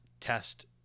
test